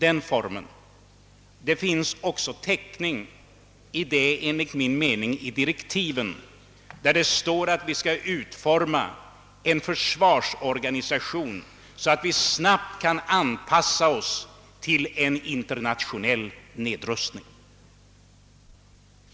Enligt min mening finns det också täckning härför i direktiven där det står att vi skall utforma en försvarsorganisation, så att vi snabbt kan anpassa oss till en internationell nedrustning.